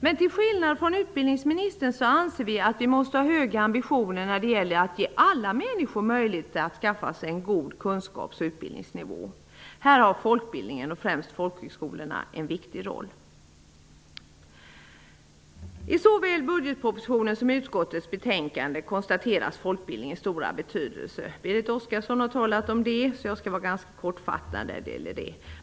Men till skillnad från utbildningsministern anser vi att det är nödvändigt med höga ambitioner när det gäller att ge alla människor möjlighet att skaffa sig en god kunskaps och utbildningsnivå. Här har folkbildningen och främst folkhögskolorna en viktig roll. I såväl budgetpropositionen som utskottets betänkande konstateras folkbildningens stora betydelse. Berit Oscarsson har talat om det, så jag skall fatta mig ganska kort om den saken.